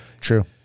true